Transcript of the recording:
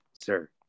sir